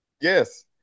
Yes